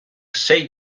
sei